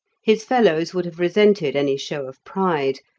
his fellows would have resented any show of pride,